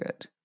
good